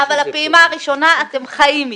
הפעימה הראשונה, אתם חיים אתה.